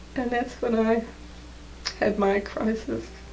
and that's when i had my crisis.